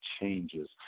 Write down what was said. changes